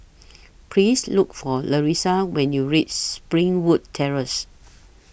Please Look For Larissa when YOU REACH Springwood Terrace